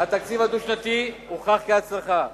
התקציב הדו-שנתי הוכח כהצלחה.